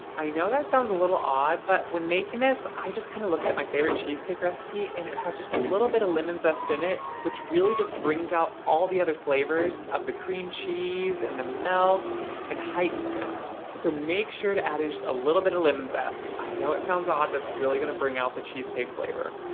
i know that sounds a little odd, but when making this, i just kind of looked at my favorite cheesecake recipe and it has just a little bit of lemon zest in it, which really just brings out all the other flavors of the cream cheese and the milk and heightens them. so make sure to add in just a little bit of lemon zest. i know it sounds odd, but it's really gonna bring out the cheesecake flavor.